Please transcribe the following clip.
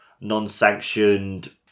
non-sanctioned